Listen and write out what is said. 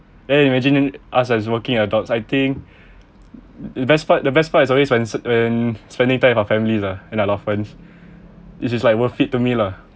then you imagine us as working adults I think the best part the best part is always when when spending time with my family lah and my best friends which is like worth it to me lah